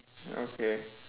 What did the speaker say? okay